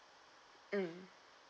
mm